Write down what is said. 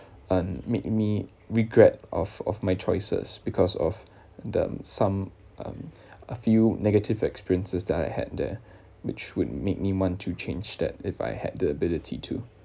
um made me regret of of my choices because of the some um a few negative experiences that I had there which would make me want to change that if I had the ability to